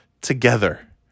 together